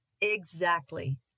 Exactly